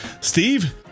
Steve